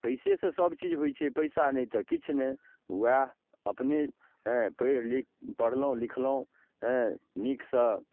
पइसेसँ सबचीज होइ छै पइसा नहि तऽ किछु नहि वएह अपने हेँ पढ़ि लिखि पढ़लहुँ लिखलहुँ हेँ नीकसँ